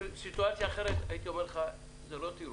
בסיטואציה אחרת הייתי אומר לך שזה לא תירוץ,